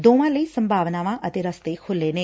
ਦੋਵਾਂ ਲਈ ਸੰਭਾਵਨਾਵਾਂ ਅਤੇ ਰਸਤੇ ਖੁੱਲ੍ਹੇ ਨੇ